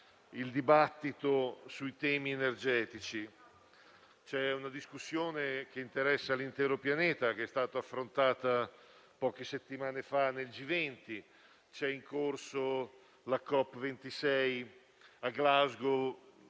del dibattito sui temi energetici. C'è una discussione che interessa l'intero pianeta e che è stata affrontata poche settimane fa nel G20; è in corso ora la COP26 a Glasgow,